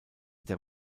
der